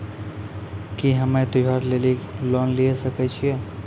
की हम्मय त्योहार लेली लोन लिये सकय छियै?